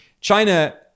China